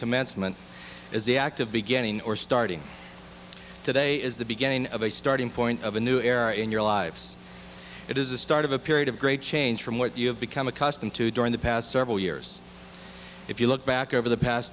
commencement is the act of beginning or starting today is the beginning of a starting point of a new era in your lives it is the start of a period of great change from what you have become accustomed to during the past several years if you look back over the past